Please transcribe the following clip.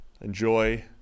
Enjoy